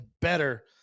better